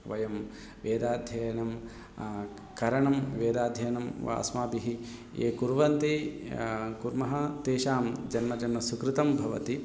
वयं वेदाध्ययनं करणं वेदाध्ययनं वा अस्माभिः ये कुर्वन्ति कुर्मः तेषां जन्मजन्मसुकृतं भवति